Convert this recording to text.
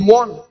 one